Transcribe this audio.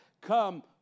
come